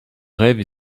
rêve